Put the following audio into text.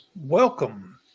Welcome